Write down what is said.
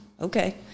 okay